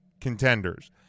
contenders